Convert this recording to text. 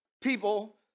people